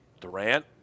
Durant